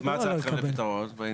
אוקיי, אז מה אתה מציע לפתרון בעניין?